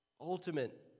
ultimate